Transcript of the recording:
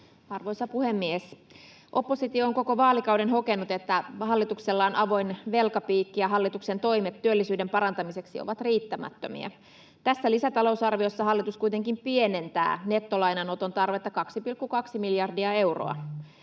Arvoisa puhemies! Oppositio on koko vaalikauden hokenut, että hallituksella on avoin velkapiikki ja hallituksen toimet työllisyyden parantamiseksi ovat riittämättömiä. Tässä lisätalousarviossa hallitus kuitenkin pienentää nettolainanoton tarvetta 2,2 miljardia euroa.